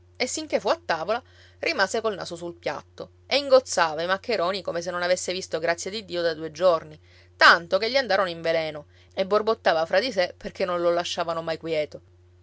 e sinché fu a tavola rimase col naso sul piatto e ingozzava i maccheroni come se non avesse visto grazia di dio da due giorni tanto che gli andarono in veleno e borbottava fra di sé perché non lo lasciavano mai quieto